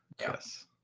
Yes